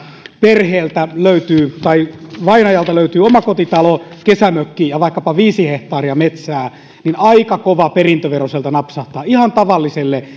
perheeltä tai vainajalta löytyy omakotitalo kesämökki ja vaikkapa viisi hehtaaria metsää niin aika kova perintövero sieltä napsahtaa ihan tavalliselle